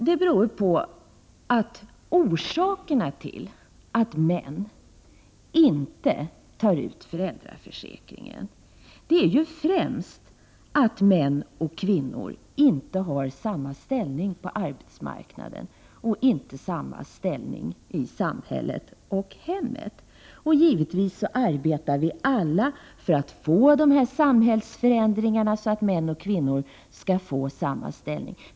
Den främsta orsaken till att män inte utnyttjar föräldraförsäkringen är att män och kvinnor inte har samma ställning på arbetsmarknaden, i samhället eller i hemmet. Givetvis arbetar vi alla på att åstadkomma samhällsförändringar som innebär att män och kvinnor får samma ställning.